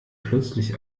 plötzlich